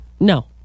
no